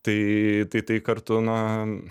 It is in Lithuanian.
tai tai tai kartu na